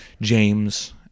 James